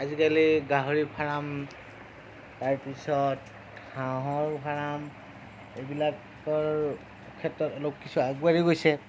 আজিকালি গাহৰি ফাৰ্ম তাৰ পিছত হাঁহৰ ফাৰ্ম এইবিলাকৰ ক্ষেত্ৰত অলপ কিছু আগবাঢ়ি গৈছে